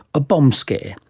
a bomb scare.